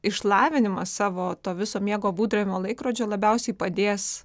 išlavinimas savo to viso miego būdravimo laikrodžio labiausiai padės